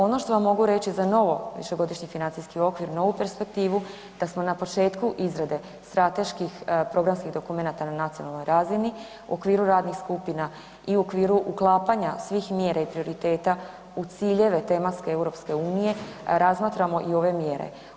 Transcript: Ono što vam mogu reći za novo višegodišnji financijski okvir, novu perspektivu, da smo na početku izrade strateških programskih dokumenata na nacionalnoj razini u okviru radnih skupina i u okviru uklapanja svih mjera i prioriteta u ciljeve tematske EU razmatramo i ove mjere.